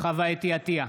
חוה אתי עטייה,